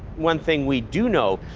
one thing we do know,